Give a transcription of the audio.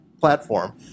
platform